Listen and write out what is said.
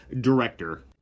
director